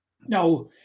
Now